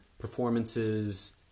performances